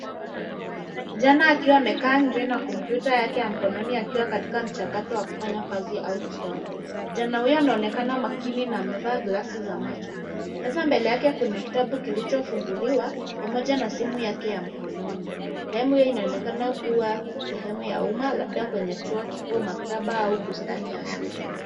Kuna kijana akiwa amekaa nje na kompyuta yake ya mkononi akiwa katika mchakato wa kufanya kazi au kusoma. Kijana huyo anaonekana makini na amevaa glasi za macho. Meza mbele yake kuna kitabu kilichofunguliwa pamoja na simu yake ya mkononi. Sehemu hiyo inaonekana kuwa sehemu ya umma labda kwenye chuo kikuu, maktaba au bustani ya shule.